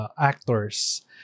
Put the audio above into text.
actors